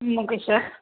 ம் okay sir